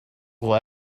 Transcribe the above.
will